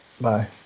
Bye